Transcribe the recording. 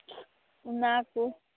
ᱚᱱᱟ ᱠᱚ